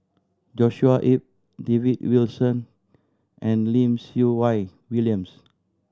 Joshua Ip David Wilson and Lim Siew Wai William